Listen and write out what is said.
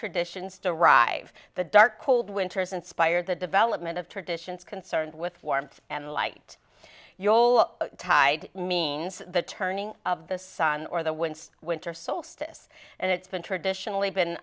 traditions derive the dark cold winters inspired the development of traditions concerned with warmth and light you'll tide means the turning of the sun or the wind winter solstice and it's been traditionally been